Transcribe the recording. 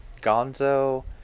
gonzo